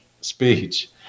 speech